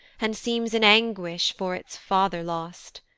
and seems in anguish for its father lost.